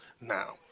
Now